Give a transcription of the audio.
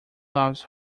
loves